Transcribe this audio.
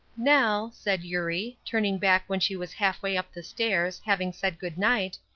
nell, said eurie, turning back when she was half way up the stairs, having said good-night,